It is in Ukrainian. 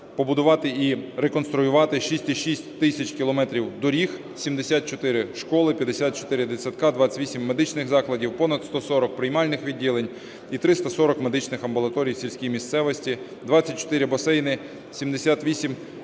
побудувати і реконструювати 6,6 тисяч кілометрів доріг, 74 школи, 54 дитсадка, 28 медичних закладів, понад 140 приймальних відділень і 340 медичних амбулаторій в сільській місцевості, 24 басейни, 78 інших